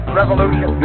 revolution